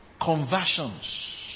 conversions